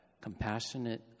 compassionate